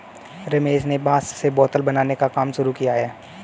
रमेश ने बांस से बोतल बनाने का काम शुरू किया है